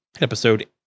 episode